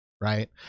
Right